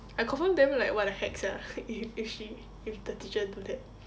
I confirm damn like what the heck sia if if she if the teacher do that